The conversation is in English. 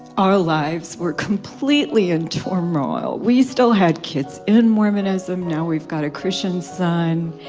our lives were completely in turmoil, we still had kids in mormonism now we've got a christian son